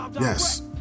Yes